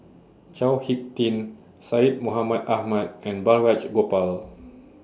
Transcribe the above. Chao Hick Tin Syed Mohamed Ahmed and Balraj Gopal